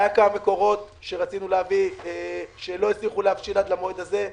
היו כמה מקורות שלא הצליחו להבשיל עד למועד הזה,